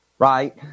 Right